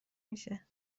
میشه